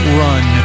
run